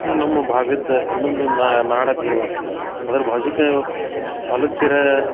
ನಮ್ಮ ಭಾಗದ ಇನ್ನೊಂದು ನಾಡದೇವತೆ ಅದು ಅದ್ರ ಬಾಜುಕ ಚಾಲುಕ್ಯರ